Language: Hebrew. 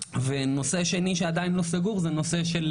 נושא שני שעדיין לא סגור זה הנושא של